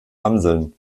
amseln